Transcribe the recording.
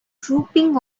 dropping